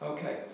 Okay